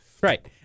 Right